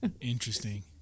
Interesting